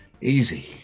Easy